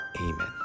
Amen